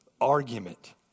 argument